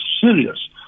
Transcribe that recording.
serious